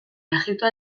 egipto